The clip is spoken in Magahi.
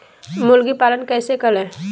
मुर्गी पालन कैसे करें?